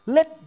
Let